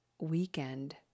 weekend